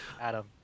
Adam